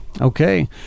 Okay